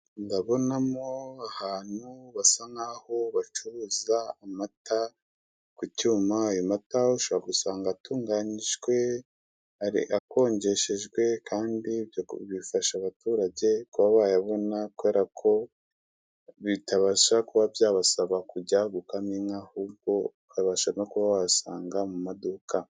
Ndabonamo ahantu basa nkaho bacuruza amata ku cyuma. Amata ushobora gusanga atunganyijwe hari akonjeshejwe, kandi ibyo bifasha abaturage kuba bayabona kubere ko bitabasha kuba byabasaba kujya gukama inka, ahubwo ukabasha no kuba wayasanga mu maduka.